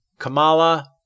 Kamala